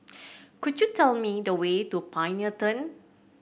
could you tell me the way to Pioneer Turn